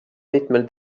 mitmel